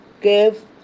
give